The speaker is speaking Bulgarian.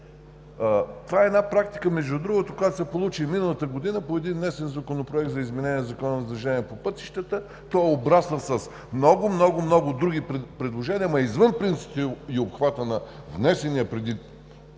Това е практика, между другото, която се получи и миналата година по един внесен Законопроект за изменение на Закона за движението по пътищата. Той обрасна с много, много, много други предложения, ама извън принципите и обхвата на внесения даже